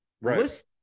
Right